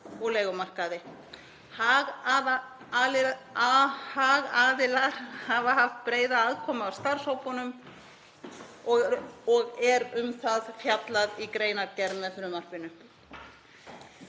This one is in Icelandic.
og leigumarkaði. Hagaðilar hafa haft breiða aðkomu að starfshópunum og er um það fjallað í greinargerð með frumvarpinu.